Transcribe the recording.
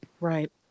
Right